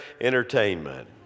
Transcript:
entertainment